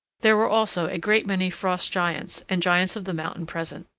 there were also a great many frost giants and giants of the mountain present.